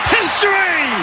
history